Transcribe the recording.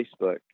Facebook